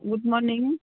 good morning